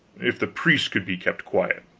if the priests could be kept quiet.